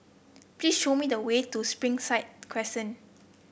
please show me the way to Springside Crescent